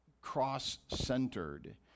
cross-centered